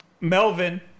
Melvin